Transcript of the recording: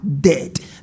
dead